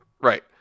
Right